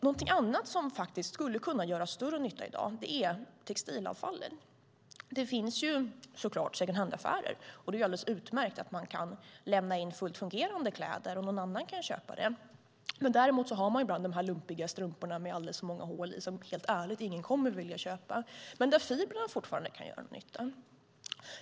Något annat som skulle kunna göra större nytta i dag är textilavfall. Det finns såklart second hand-affärer, och det är alldeles utmärkt att man kan lämna in fullt fungerande kläder och att någon annan kan köpa dem. Däremot har man ibland lumpiga strumpor med alldeles för många hål i som, helt ärligt, ingen kommer att vilja köpa men där fibrerna fortfarande kan göra nytta.